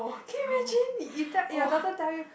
can you imagine you da~ your daughter tell you